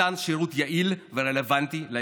מתן שירות יעיל ורלוונטי לאזרחים.